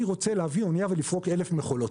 אני רוצה להביא אנייה ולפרוק 1,000 מכולות.